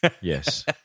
Yes